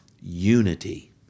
unity